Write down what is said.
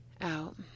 out